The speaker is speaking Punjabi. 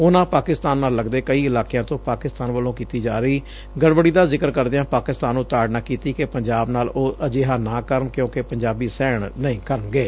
ਉਨਾਂ ਪਾਕਿਸਤਾਨ ਨਾਲ ਲੱਗਦੇ ਕਈ ਇਲਾਕਿਆਂ ਤੋਂ ਪਾਕਿਸਤਾਨ ਵੱਲੋਂ ਕੀਤੀ ਜਾ ਰਹੀ ਗੜਬੜੀ ਦਾ ਜ਼ਿਕਰ ਕਰੱਦਿਆਂ ਪਾਕਿਸਤਾਨ ਨੂੰ ਤਾਤਨਾ ਕੀਤੀ ਕਿ ਪੰਜਾਬ ਨਾਲ ਉਹ ਅਜਿਹਾ ਨਾ ਕਰਨ ਕਿਉਂਕਿ ਪੰਜਾਬੀ ਸਹਿਣ ਨਹੀਂ ਕਰਨਗੇ